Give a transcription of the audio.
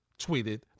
tweeted